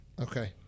Okay